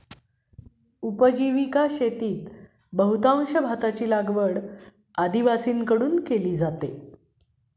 उपजीविका शेतीत बहुतांश भाताची लागवड आदिवासींकडून केली जाते